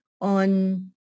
on